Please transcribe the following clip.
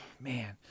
man